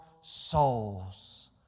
souls